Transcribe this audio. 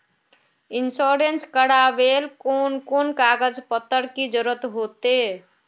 Insurance करावेल कोन कोन कागज पत्र की जरूरत होते?